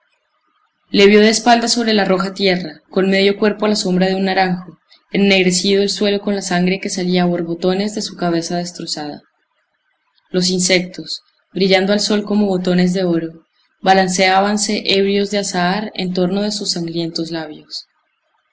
le vio de espaldas sobre la roja tierra con medio cuerpo a la sombra de un naranjo ennegrecido el suelo con la sangre que salía a borbotones de su cabeza destrozada los insectos brillando al sol como botones de oro balanceábanse ebrios de azahar en torno de sus sangrientos labios